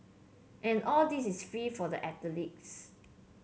and all this is free for the athletes